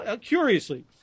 curiously